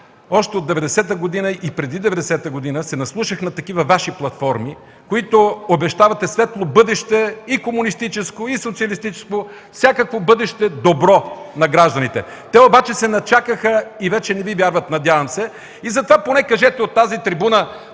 още от 90-та година и преди това се наслушах на такива Ваши платформи, с които обещавате светло бъдеще и комунистическо, и социалистическо, всякакво добро бъдеще на гражданите. Те обаче се начакаха и вече, надявам се, не Ви вярват. Поне кажете от тази трибуна